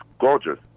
gorgeous